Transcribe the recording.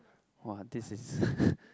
!wah! this is